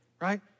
right